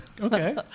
Okay